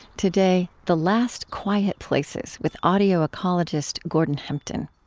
today, the last quiet places with audio ecologist gordon hempton.